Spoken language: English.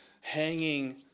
hanging